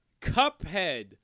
Cuphead